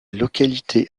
localité